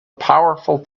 powerful